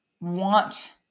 want